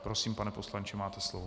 Prosím, pane poslanče, máte slovo.